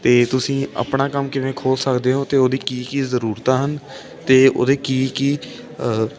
ਅਤੇ ਤੁਸੀਂ ਆਪਣਾ ਕੰਮ ਕਿਵੇਂ ਖੋਲ ਸਕਦੇ ਹੋ ਅਤੇ ਉਹਦੀ ਕੀ ਕੀ ਜ਼ਰੂਰਤਾਂ ਹਨ ਅਤੇ ਉਹਦੇ ਕੀ ਕੀ